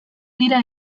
dira